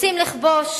רוצים לכבוש